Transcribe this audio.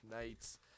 nights